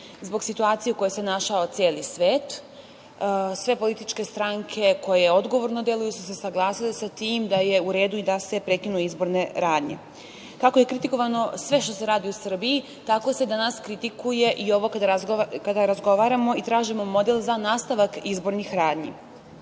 Zbog situacije u kojoj se našao celi svet, sve političke stranke koje odgovorno deluju su se usaglasile sa tim da je u redu i da se prekinu izborne radnje. Kako je kritikovano sve što se radi u Srbiji, tako se danas kritikuje i ovo kada razgovaramo i tražimo model za nastavak izbornih radnji. Srbija